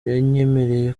yanyemereye